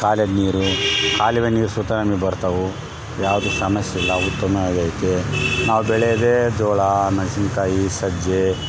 ಈ ಕಾಲೇದು ನೀರು ಕಾಲುವೆ ನೀರು ಸುತ ಬರ್ತವು ಯಾವುದು ಸಮಸ್ಸಿಲ್ಲ ಉತ್ತಮಾಗಿ ಐತೆ ನಾವು ಬೆಳಿಯೋದೆ ಜೋಳ ಮೆಣಸಿನ್ಕಾಯಿ ಸಜ್ಜೆ